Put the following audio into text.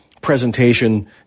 presentation